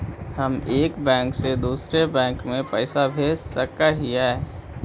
हम एक बैंक से दुसर बैंक में पैसा भेज सक हिय?